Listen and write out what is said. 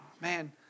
Man